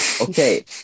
Okay